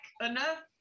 enough